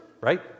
right